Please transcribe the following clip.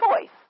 choice